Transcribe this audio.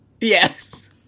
Yes